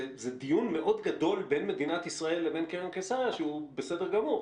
זה דיון מאוד גדול בין מדינת ישראל לקרן קיסריה שהוא בסדר גמור.